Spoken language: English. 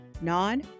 Non